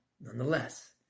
Nonetheless